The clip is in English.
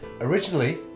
Originally